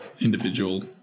individual